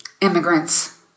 immigrants